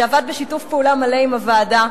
שעבד בשיתוף פעולה מלא עם הוועדה.